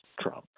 Trump